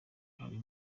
hari